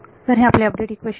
तर हे आपले अपडेट इक्वेशन